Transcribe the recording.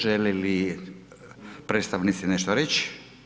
Žele li predstavnici nešto reći?